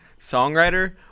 songwriter